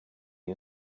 you